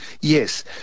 Yes